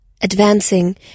advancing